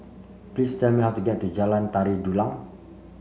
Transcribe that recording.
please tell me how to get to Jalan Tari Dulang